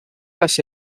las